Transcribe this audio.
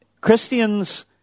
Christians